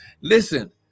Listen